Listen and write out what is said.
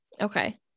okay